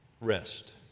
Rest